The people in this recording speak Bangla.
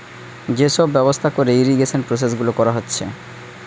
যে সব ব্যবস্থা কোরে ইরিগেশন প্রসেস গুলা কোরা হচ্ছে